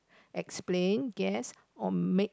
explain guess or make